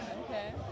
Okay